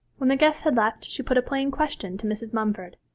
when the guests had left, she put a plain question to mrs. mumford.